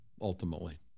ultimately